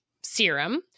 serum